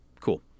Cool